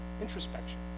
introspection